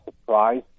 surprise